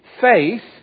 faith